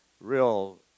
real